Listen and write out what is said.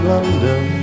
London